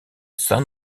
san